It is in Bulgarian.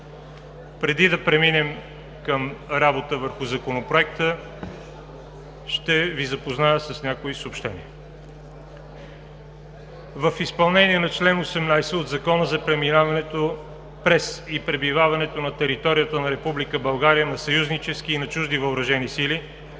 Преди да преминем към работа върху Законопроекта ще Ви запозная с някои съобщения: В изпълнение на чл. 18 от Закона за преминаването през и пребиваването на територията на Република България на съюзнически и на чужди въоръжени сили,